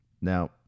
Now